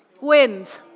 Wind